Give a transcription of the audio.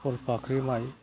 कलफाख्रि माइ